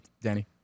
Danny